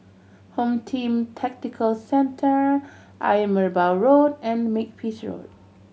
Home Team Tactical Centre Ayer Merbau Road and Makepeace Road